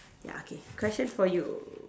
ya okay question for you